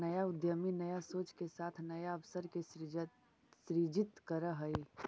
नया उद्यमी नया सोच के साथ नया अवसर के सृजित करऽ हई